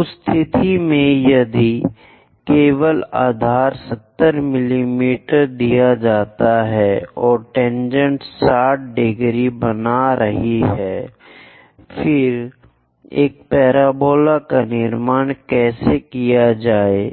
उस स्थिति में यदि केवल आधार 70 मिमी दिया जाता है और टेनजेंट 60 बना रही है फिर एक पैराबोला का निर्माण कैसे किया जाए